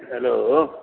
hello